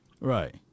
Right